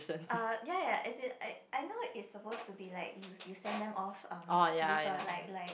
uh ya ya as in I I know it's supposed to be like you you send them off um with a like like